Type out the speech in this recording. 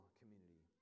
community